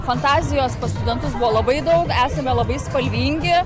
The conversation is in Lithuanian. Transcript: fantazijos pas studentus buvo labai daug esame labai spalvingi